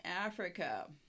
Africa